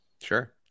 sure